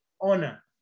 honor